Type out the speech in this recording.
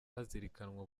hazirikanwa